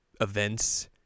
events